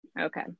Okay